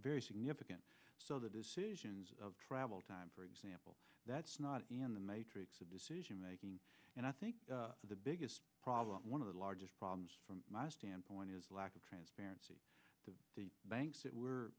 very significant so the decisions of travel time for example that's not in the matrix of decision making and i think the biggest problem one of the largest problems from my standpoint is the lack of transparency to the banks that we're